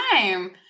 time